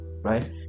right